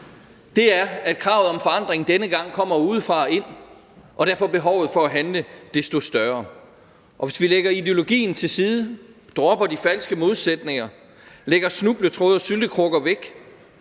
at kravet om forandring denne gang kommer udefra og ind, og derfor er behovet for at handle desto større. Og hvis vi lægger ideologien til side, dropper de falske modsætninger, lægger snubletråde og syltekrukker væk